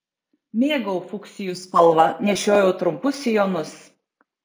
mėgau fuksijų spalvą nešiojau trumpus sijonus